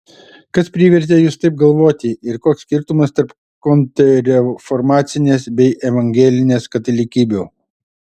kas privertė jus taip galvoti ir koks skirtumas tarp kontrreformacinės bei evangelinės katalikybių